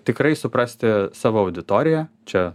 tikrai suprasti savo auditoriją čia